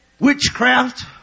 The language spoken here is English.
Witchcraft